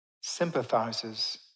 sympathizes